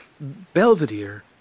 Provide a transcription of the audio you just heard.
Belvedere